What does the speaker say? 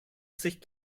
sich